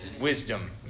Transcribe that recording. wisdom